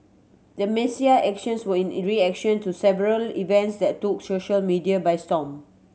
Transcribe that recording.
the Messiah actions were in reaction to several events that took social media by storm